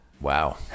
Wow